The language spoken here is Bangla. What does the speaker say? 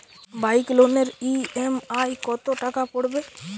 বাইক লোনের ই.এম.আই কত টাকা পড়বে?